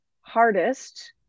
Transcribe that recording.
hardest